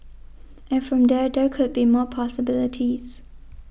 and from there there could be more possibilities